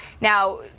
Now